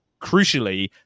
crucially